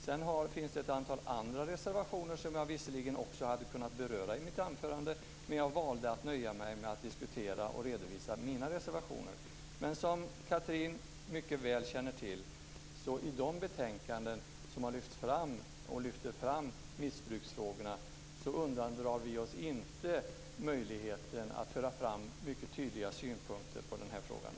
Sedan finns det ett antal andra reservationer som jag visserligen också hade kunnat beröra i mitt anförande, men jag valde att nöja mig med att diskutera och redovisa mina reservationer. Som Chatrine mycket väl känner till undandrar vi oss inte möjligheten att föra fram mycket tydliga synpunkter på den här frågan i de betänkanden som har lyfts fram där missbruksfrågorna tas upp.